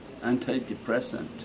antidepressant